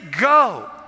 go